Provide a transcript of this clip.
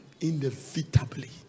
inevitably